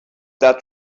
that